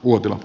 uotila